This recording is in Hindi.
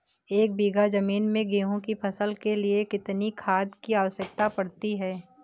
एक बीघा ज़मीन में गेहूँ की फसल के लिए कितनी खाद की आवश्यकता पड़ती है?